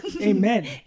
Amen